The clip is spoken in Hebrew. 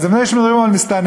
אז לפני שמדברים על מסתננים,